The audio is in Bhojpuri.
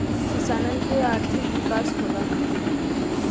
किसानन के आर्थिक विकास होला